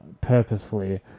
purposefully